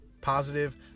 positive